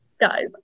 guys